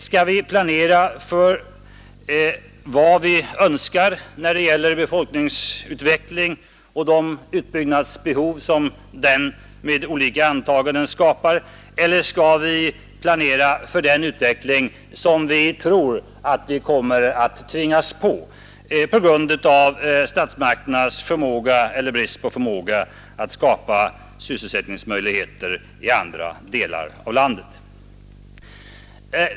Skall vi planera för vad vi önskar när det gäller befolkningsutveckling och de utbyggnadsbehov som den vid olika antaganden skapar, eller skall vi planera för den utveckling som vi tror att vi kommer att bli påtvingade på grund av statsmakternas förmåga eller brist på förmåga att skapa sysselsättningsmöjligheter i andra delar av landet?